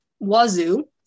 wazoo